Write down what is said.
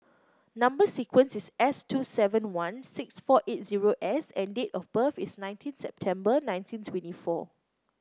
number sequence is S two seven one six four eight zero S and date of birth is nineteen September nineteen twenty four